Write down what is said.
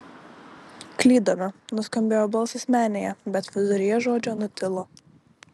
klydome nuskambėjo balsas menėje bet viduryje žodžio nutilo